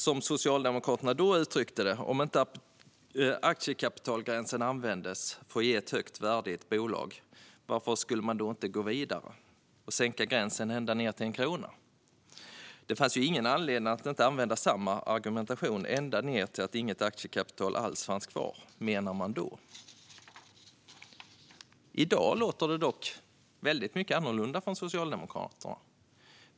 Som Socialdemokraterna då uttryckte det: Om inte aktiekapitalgränsen användes för att ge företaget ett högt värde, varför skulle man då inte gå vidare och sänka gränsen till ända ned till en enda krona? Det fanns ju ingen anledning att inte använda samma argumentation ända ned till att inget aktiekapital alls fanns kvar, menade man. I dag låter det helt annorlunda från Socialdemokraterna.